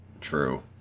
True